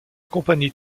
compagnie